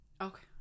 Okay